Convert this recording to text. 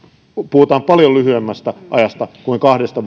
puhutaan paljon lyhyemmästä ajasta kuin kahdesta